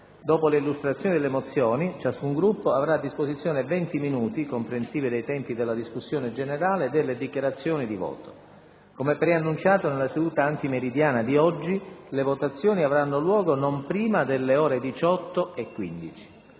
Dopo l'illustrazione delle mozioni, ciascun Gruppo avrà a disposizione venti minuti, comprensivi dei tempi della discussione e delle dichiarazioni di voto. Come preannunciato nella seduta antimeridiana di oggi, le votazioni avranno luogo non prima delle ore 18,15.